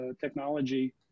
technology